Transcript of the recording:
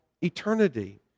eternity